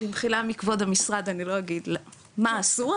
במחילה מכבוד המשרד אני אל אגיד מה עשו,